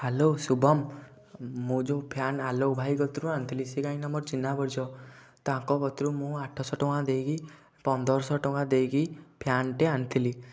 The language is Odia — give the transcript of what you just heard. ହ୍ୟାଲୋ ଶୁଭମ୍ ମୁଁ ଯେଉଁ ଫ୍ୟାନ୍ ଆଲୋକ ଭାଇ କତିରୁ ଆଣିଥିଲି ସେ କାଇଁ ନା ମୋର ଚିହ୍ନାପରିଚିତ ତାଙ୍କ କତୁରୁ ମୁଁ ଆଠଶହ ଟଙ୍କା ଦେଇକି ପନ୍ଦରଶହ ଟଙ୍କା ଦେଇକି ଫ୍ୟାନ୍ଟେ ଆଣିଥିଲି